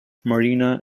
marina